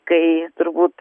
kai turbūt